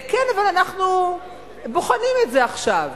כן, אבל אנחנו בוחנים את זה עכשיו,